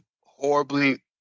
horribly